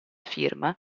firma